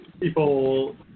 people